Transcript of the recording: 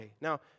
Now